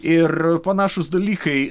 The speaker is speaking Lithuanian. ir panašūs dalykai